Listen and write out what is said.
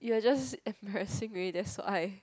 you are just embarrassing maybe that's why